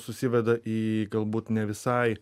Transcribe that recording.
susiveda į galbūt ne visai